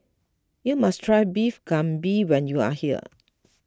you must try Beef Galbi when you are here